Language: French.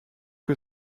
que